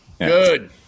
Good